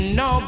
no